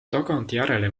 tagantjärele